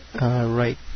right